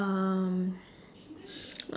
um